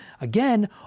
Again